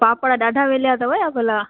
पापड़ ॾाढा वेलिया अथव छा भला